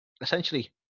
essentially